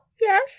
Yes